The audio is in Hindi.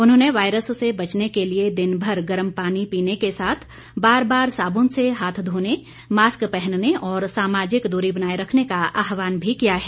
उन्होंने वायरस से बचने के लिए दिनभर गर्म पानी पीने के साथ बार बार साबुन से हाथ धोने मास्क पहनने और सामाजिक दूरी बनाए रखने का आहवान भी किया है